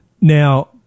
Now